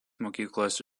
mokyklos